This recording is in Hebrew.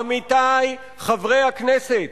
אבל, עמיתי חברי הכנסת,